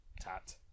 Tat